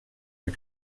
are